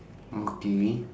okay